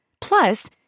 Plus